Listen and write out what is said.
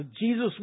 Jesus